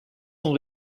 sont